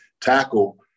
tackle